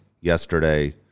Yesterday